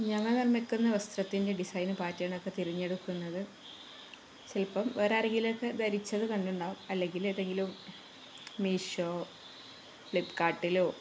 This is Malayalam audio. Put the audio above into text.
ഞങ്ങള് നിർമ്മിക്കുന്ന വസ്ത്രത്തിൻ്റെ ഡിസൈന് പാറ്റേണൊക്കെ തിരഞ്ഞെടുക്കുന്നത് ചിലപ്പോള് വേറാരെങ്കിലുമൊക്കെ ധരിച്ചതു കണ്ടിട്ടുണ്ടാവും അല്ലെങ്കിലേതെങ്കിലും മീഷോ ഫ്ലിപ്കാർട്ടിലോ